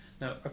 Now